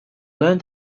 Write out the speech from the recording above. learned